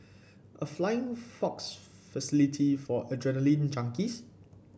a flying fox facility for adrenaline junkies